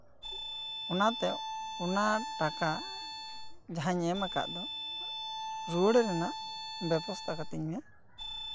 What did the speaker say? ᱚᱱᱟ ᱴᱟᱠᱟ ᱡᱟᱦᱟᱸᱧ ᱮᱢ ᱟᱠᱟᱜ ᱫᱚ ᱨᱩᱣᱟᱹᱲ ᱨᱮᱱᱟᱜ ᱵᱮᱵᱚᱥᱛᱷᱟ ᱠᱟᱛᱤᱧ ᱢᱮ